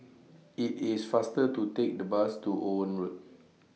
IT IS faster to Take The Bus to Owen Road